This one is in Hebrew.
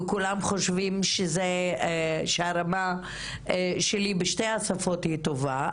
וכולם חושבים שהרמה שלי בשתי השפות היא טובה,